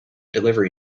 delivery